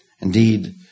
Indeed